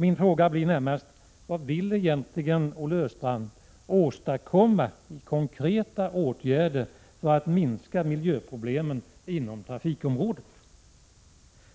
Min fråga blir närmast: Vad vill egentligen Olle Östrand åstadkomma i form av konkreta åtgärder för att minska miljöproblemen inom trafikområdet?